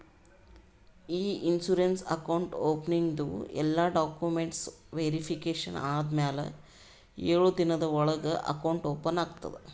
E insurance account ಓಪನಿಂಗ್ದು ಎಲ್ಲಾ documents verification ಆದಮ್ಯಾಲ ಎಳು ದಿನದ ಒಳಗ ಅಕೌಂಟ್ ಓಪನ್ ಆಗ್ತದ